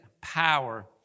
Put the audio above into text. power